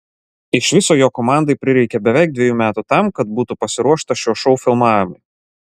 iš viso jo komandai prireikė beveik dviejų metų tam kad būtų pasiruošta šio šou filmavimui